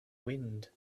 wind